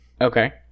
okay